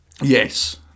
Yes